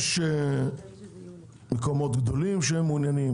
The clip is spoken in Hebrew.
יש מקומות גדולים שמעוניינים,